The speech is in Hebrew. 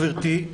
גברתי,